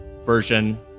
version